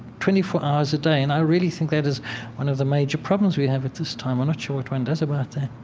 twenty four hours a day. and i really think that is one of the major problems we have at this time. i'm not sure what one does about that